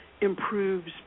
improves